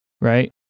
right